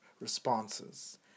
responses